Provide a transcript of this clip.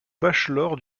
bachelor